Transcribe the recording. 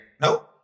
no